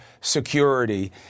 security